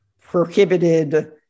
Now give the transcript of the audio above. prohibited